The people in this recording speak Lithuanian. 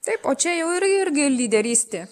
taip o čia jau yra irgi lyderystė